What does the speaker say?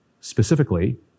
specifically